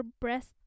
breast